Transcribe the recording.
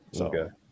Okay